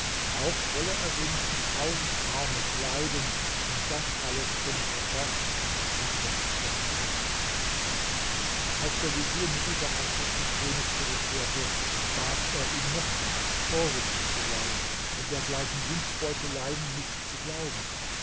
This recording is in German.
auch wolle er wenigstens tausend arme kleiden und das alles könne er erst nach ankunft der karawane als der vezier mit dieser antwort zum könig zurückkehrte bat er ihn nochmals vorsichtig zu sein und dergleichen windbeuteleien nicht zu glauben